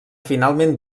finalment